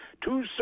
two